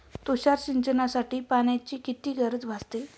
तुषार सिंचनासाठी पाण्याची किती गरज भासते?